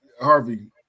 Harvey